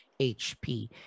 hp